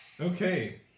Okay